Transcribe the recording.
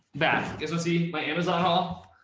that's my amazon hall.